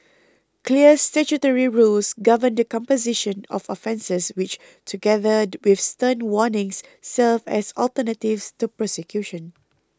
clear statutory rules govern the composition of offences which together with stern warnings serve as alternatives to prosecution